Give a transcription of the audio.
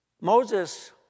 Moses